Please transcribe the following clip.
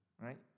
right